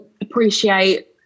appreciate